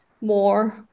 more